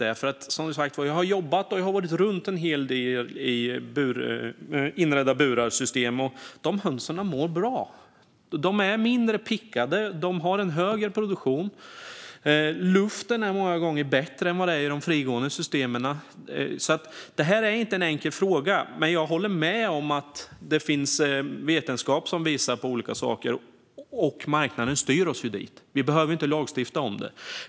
Jag har som sagt varit runt en del och tittat på system med inredda burar. De hönsen mår bra. De är mindre pickade, de har en högre produktion och luften är många gånger bättre än i de frigående systemen. Det här är alltså inte en enkel fråga. Jag håller dock med om att det finns vetenskap som visar på olika saker. Marknaden styr oss dit. Vi behöver inte lagstifta om det.